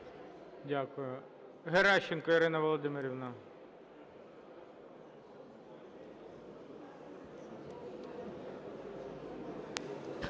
Дякую. Геращенко Ірина Володимирівна.